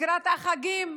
לקראת החגים,